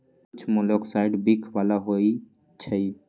कुछ मोलॉक्साइड्स विख बला होइ छइ